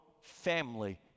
family